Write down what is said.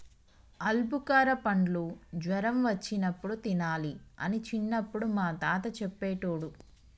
ఆల్బుకార పండ్లు జ్వరం వచ్చినప్పుడు తినాలి అని చిన్నపుడు మా తాత చెప్పేటోడు